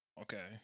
Okay